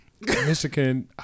Michigan